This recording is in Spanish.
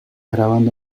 grabando